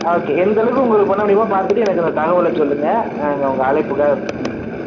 okay எந்த அளவுக்கு உங்களுக்கு பண்ண முடியுமோ பார்த்துட்டு எனக்கு இந்த தகவலை சொல்லுங்கள் நாங்கள் உங்க அழைப்புக்காக வெயிட் பண்ணிகிட்டுருக்கோம்